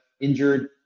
injured